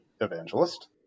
evangelist